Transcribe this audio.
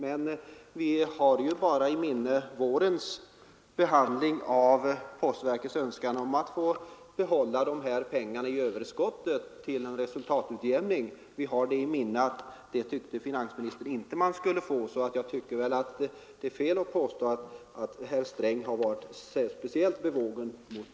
Men vi har ju i minnet vårens behandling av postverkets önskan att få behålla överskottspengarna för resultatutjämning. Det tyckte finansministern inte att postverket skulle få. Därför anser jag det fel att påstå att herr Sträng har varit postverket speciellt bevågen.